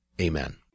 Amen